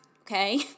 okay